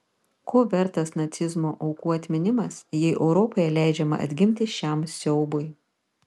ko vertas nacizmo aukų atminimas jei europoje leidžiama atgimti šiam siaubui